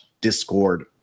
Discord